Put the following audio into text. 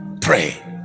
pray